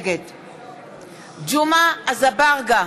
נגד ג'מעה אזברגה,